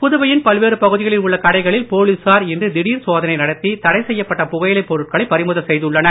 புதுவையின் பல்வேறு பகுதிகளில் உள்ள கடைகளில் போலீசார் இன்று திடர் சோதனை நடத்தி தடை செய்யப்பட்ட புகையிலைப் பொருட்களை பறிமுதல் செய்துள்ளனர்